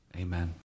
Amen